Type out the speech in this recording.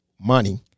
money